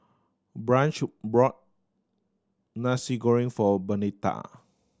Branch brought Nasi Goreng for Bernetta